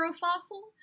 fossil